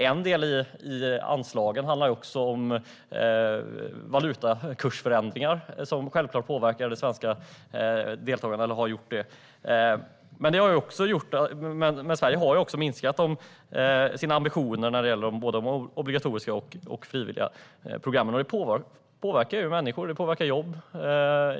En del i anslagen handlar också om valutakursförändringar, som självklart har påverkat det svenska deltagandet. Men Sverige har också minskat sina ambitioner när det gäller både de obligatoriska och de frivilliga programmen. Detta påverkar människor, och det påverkar jobb.